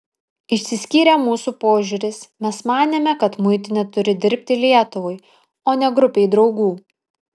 išsiskyrė mūsų požiūris mes manėme kad muitinė turi dirbti lietuvai o ne grupei draugų